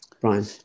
Brian